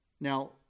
Now